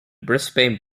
brisbane